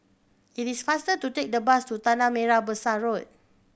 it is faster to take the bus to Tanah Merah Besar Road